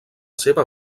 seva